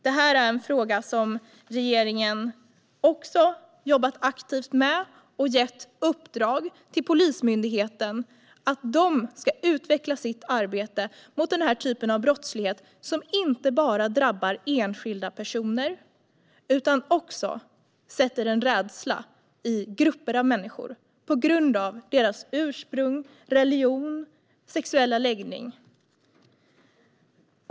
Det är en fråga som regeringen har jobbat aktivt med, och man har gett Polismyndigheten i uppdrag att utveckla sitt arbete mot denna typ av brottslighet - som inte bara drabbar enskilda personer utan också skapar rädsla hos grupper av människor, på grund av deras ursprung, religion eller sexuella läggning.